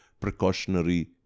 precautionary